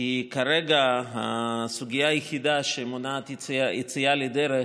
כרגע הסוגיה היחידה שמונעת את היציאה לדרך